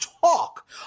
talk